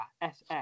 SS